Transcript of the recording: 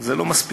זה לא מספיק,